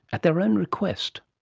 at their own request.